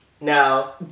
Now